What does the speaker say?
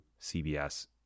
CBS